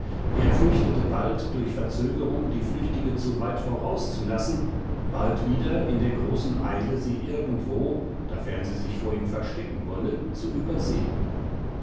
er fürchtete bald durch verzögerung die flüchtige zu weit voraus zu lassen bald wieder in der großen eile sie irgendwo dafern sie sich vor ihm verstecken wolle zu übersehn